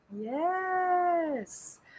yes